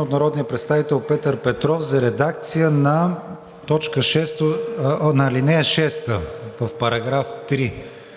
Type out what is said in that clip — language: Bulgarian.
от народния представител Петър Петров за редакция на ал. 6 в § 3.